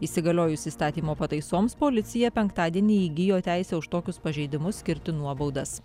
įsigaliojus įstatymo pataisoms policija penktadienį įgijo teisę už tokius pažeidimus skirti nuobaudas